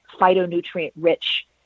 phytonutrient-rich